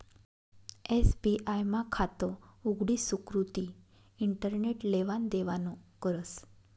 SBI मा खातं उघडी सुकृती इंटरनेट लेवान देवानं करस